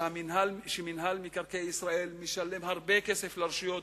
שמינהל מקרקעי ישראל משלם הרבה כסף לרשויות,